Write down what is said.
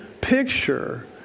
picture